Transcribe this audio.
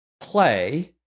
play